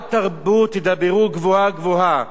אל תדברו גבוהה גבוהה.